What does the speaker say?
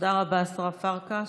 תודה רבה, השרה פרקש.